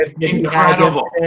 Incredible